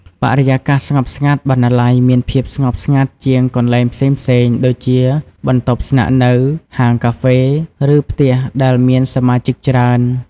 បរិយាកាសស្ងប់ស្ងាត់បណ្ណាល័យមានភាពស្ងប់ស្ងាត់ជាងកន្លែងផ្សេងៗដូចជាបន្ទប់ស្នាក់នៅ ហាងកាហ្វេ ឬផ្ទះដែលមានសមាជិកច្រើន។